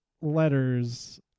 letters